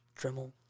Dremel